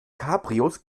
cabrios